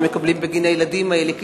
ומקבלים בגין הילדים האלה קצבאות.